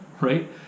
right